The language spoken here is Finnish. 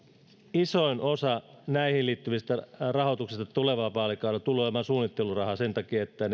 isoin osa näihin liittyvästä rahoituksesta tulevalla vaalikaudella tulee olemaan suunnittelurahaa sen takia että